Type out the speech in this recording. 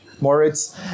Moritz